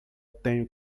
tenho